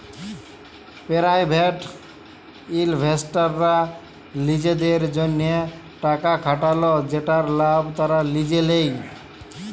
private ইলভেস্টাররা লিজেদের জ্যনহে টাকা খাটাল যেটর লাভ তারা লিজে লেই